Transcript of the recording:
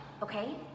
Okay